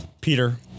Peter